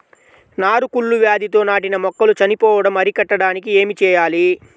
నారు కుళ్ళు వ్యాధితో నాటిన మొక్కలు చనిపోవడం అరికట్టడానికి ఏమి చేయాలి?